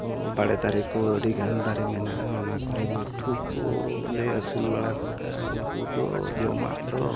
ᱵᱟᱲᱮ ᱫᱟᱨᱮ ᱠᱚ ᱟᱹᱰᱤᱜᱟᱱ ᱫᱟᱨᱮ ᱢᱮᱱᱟᱜᱼᱟ ᱚᱱᱟ ᱠᱚᱨᱮ ᱢᱤᱴᱷᱩ ᱠᱚᱞᱮ ᱟᱹᱥᱩᱞ ᱵᱟᱲᱟ ᱠᱚᱣᱟ ᱩᱱᱠᱩ ᱫᱚ ᱡᱚᱢᱟᱜ ᱫᱚ